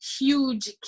huge